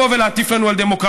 לבוא ולהטיף לנו על דמוקרטיה?